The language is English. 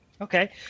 Okay